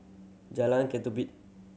Jalan Ketumbit